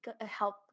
help